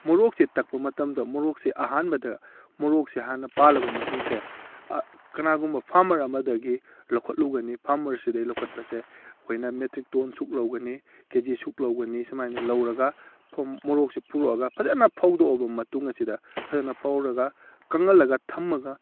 ꯃꯣꯔꯣꯛꯁꯦ ꯇꯛꯄ ꯃꯇꯝꯗ ꯃꯣꯔꯣꯛꯁꯦ ꯑꯍꯥꯟꯕꯗ ꯃꯣꯔꯣꯛꯁꯦ ꯍꯥꯟꯅ ꯄꯥꯜꯂꯕ ꯃꯇꯨꯡꯁꯦ ꯀꯅꯥꯒꯨꯝꯕ ꯐꯥꯃꯔ ꯑꯃꯗꯒꯤ ꯂꯧꯈꯠꯂꯨꯒꯅꯤ ꯐꯥꯃꯔꯁꯤꯗꯒꯤ ꯂꯧꯈꯠꯄꯁꯦ ꯑꯩꯈꯣꯏꯅ ꯃꯦꯇ꯭ꯔꯤꯛ ꯇꯣꯟ ꯑꯁꯨꯛ ꯂꯧꯒꯅꯤ ꯀꯦ ꯖꯤ ꯑꯁꯨꯛ ꯂꯧꯒꯅꯤ ꯁꯨꯃꯥꯏꯅ ꯂꯧꯔꯒ ꯃꯣꯔꯣꯛꯁꯦ ꯄꯨꯔꯛꯑꯒ ꯐꯖꯅ ꯐꯧꯗꯣꯛꯑꯕ ꯃꯇꯨꯡ ꯑꯁꯤꯗ ꯐꯖꯅ ꯐꯧꯔꯒ ꯀꯪꯍꯜꯂꯒ ꯊꯝꯃꯒ